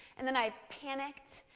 and then i panicked,